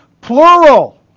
plural